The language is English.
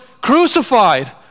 crucified